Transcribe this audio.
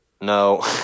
No